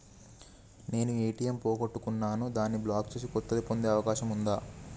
నేను ఏ.టి.ఎం పోగొట్టుకున్నాను దాన్ని బ్లాక్ చేసి కొత్తది పొందే అవకాశం ఉందా?